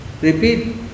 Repeat